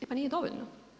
E pa nije dovoljno.